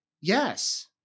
Yes